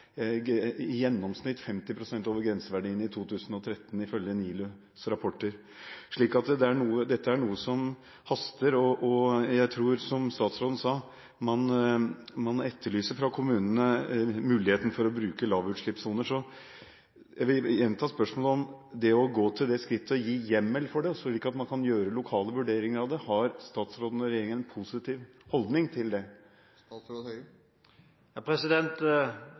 2013, ifølge NILUs rapporter. Så dette er noe som haster. Som statsråden sa, etterlyser kommunene muligheten til å bruke lavutslippssoner, så jeg vil gjenta spørsmålet: Har statsråden og regjeringen en positiv holdning til å gå til det skritt å gi hjemmel for lavutslippssoner, slik at man kan gjøre lokale vurderinger? Utrolig nok kan det